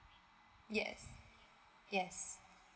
yes yes